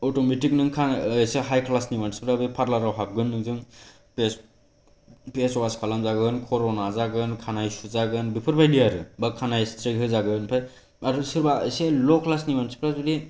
automatic नों खा एसे हाइक्लासनि मानसिफ्रा बे पार्लारआव हाबगोन नोंजों फेस फेसवास खालामजागोन खर' नाजागोन खानाय सुजागोन बेफोरबायदि आरो बा खानाय स्ट्रेइट होजागोन आरो सोरबा एसे ल' क्लासनि मानसिफ्रा जुदि